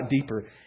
deeper